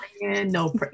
no